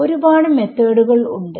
ഒരു പാട് മെത്തോഡുകൾ ഉണ്ട്